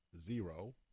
zero